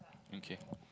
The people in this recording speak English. okay